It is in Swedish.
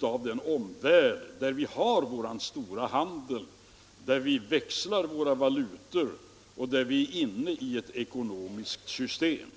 av den omvärld där vi har vår stora handel, där vi växlar våra valutor och där vi är inne i ett ekonomiskt system.